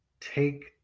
take